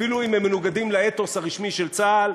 אפילו אם הם מנוגדים לאתוס הרשמי של צה"ל,